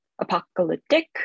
apocalyptic